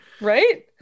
Right